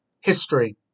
History